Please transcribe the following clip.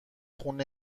خون